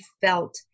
felt